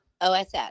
OSS